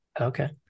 Okay